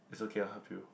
it's okay I will help you